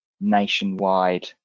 nationwide